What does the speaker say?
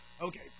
Okay